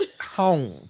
home